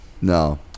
No